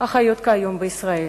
החיות היום בישראל.